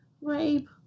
Rape